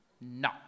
No